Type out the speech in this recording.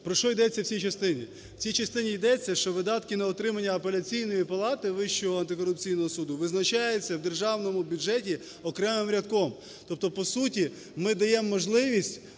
Про що йдеться в цій частині? В цій частині йдеться, що видатки на утримання Апеляційної палати Вищого антикорупційного суду визначається в Державному бюджеті окремим рядком. Тобто, по суті ми даємо можливість